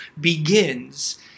begins